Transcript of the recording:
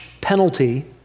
penalty